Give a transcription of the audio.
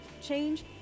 change